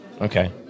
Okay